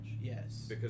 Yes